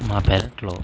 మా పెరట్లో